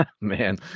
Man